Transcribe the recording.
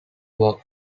wore